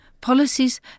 Policies